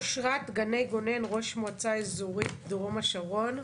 אושרת גני גונן, ראש המועצה האזורית דרום השרון.